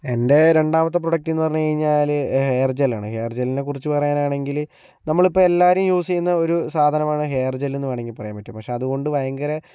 എൻ്റെ രണ്ടാമത്തെ പ്രോഡക്ട് എന്ന് പറഞ്ഞു കഴിഞ്ഞാല് ഹെയർ ജെല്ലാണ് ഹെയർ ജെല്ലിനെക്കുറിച്ച് പറയാനാണെങ്കില് നമ്മളിപ്പോൾ എല്ലാവരും യൂസ് ചെയ്യുന്ന ഒരു സാധനമാണ് ഹെയർ ജെല്ലെന്ന് വേണമെങ്കിൽ പറയാൻ പറ്റും പക്ഷെ അതുകൊണ്ട് ഭയങ്കര